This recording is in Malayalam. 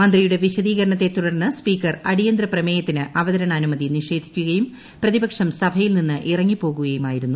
മന്ത്രിയുടെ വിശദീകരണത്തെ തുടർന്ന് സ്പീക്കർ അടിയന്തര പ്രമേയത്തിന് അവതരണാനുമതി നിഷേധിക്കുകയും പ്രതിപക്ഷം സഭയിൽ നിന്ന് ഇറങ്ങിപ്പോകുകയുമായിരുന്നു